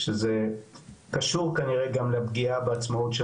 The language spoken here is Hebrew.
שזה קשור כנראה גם לפגיעה בעצמאות של